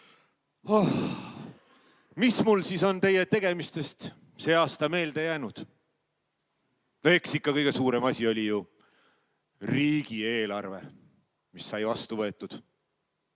mis mul siis on teie tegemistest see aasta meelde jäänud? Eks ikka kõige suurem asi oli ju riigieelarve, mis sai vastu võetud.